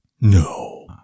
No